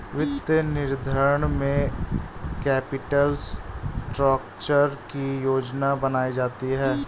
वित्तीय निर्धारण में कैपिटल स्ट्रक्चर की योजना बनायीं जाती है